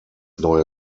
neue